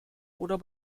oder